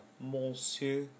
monsieur